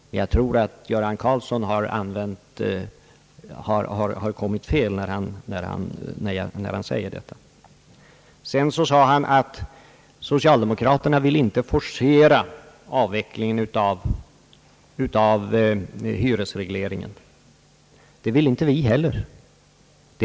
Men jag tror att herr Karlsson har tagit fel när han säger detta. Socialdemokraterna vill inte forcera avvecklingen av hyresregleringen, sade herr Göran Karlsson. Det vill inte vi heller.